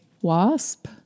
wasp